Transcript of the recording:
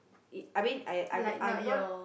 it I mean I I I'm not